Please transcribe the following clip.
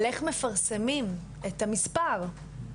על איך מפרסמים את המספר.